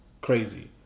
crazy